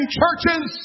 churches